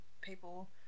people